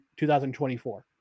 2024